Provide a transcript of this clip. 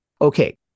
okay